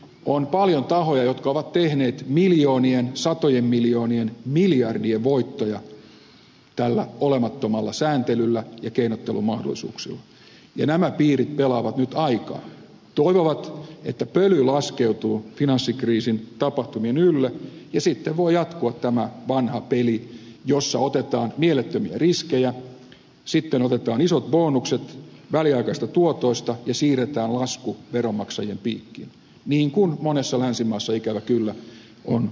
on paljon tahoja jotka ovat tehneet miljoonien satojen miljoonien miljardien voittoja tällä olemattomalla sääntelyllä ja keinottelun mahdollisuuksilla ja nämä piirit pelaavat nyt aikaa toivovat että pöly laskeutuu finanssikriisin tapahtumien ylle ja sitten voi jatkua tämä vanha peli jossa otetaan mielettömiä riskejä sitten otetaan isot bonukset väliaikaisista tuotoista ja siirretään lasku veronmaksajien piikkiin niin kuin monessa länsimaassa ikävä kyllä on tapahtunut